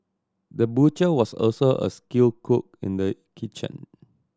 the butcher was also a skilled cook in the kitchen